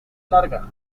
larga